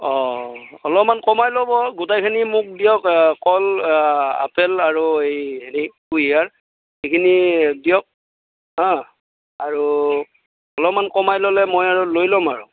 অ অলপমান কমাই ল'ব গোটেইখিনি মোক দিয়ক আ কল আপেল আৰু এই হেৰি কুহিয়াৰ এইখিনি দিয়ক হা আৰু অলপমান কমাই ল'লে মই আৰু লৈ ল'ম আৰু